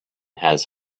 has